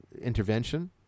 intervention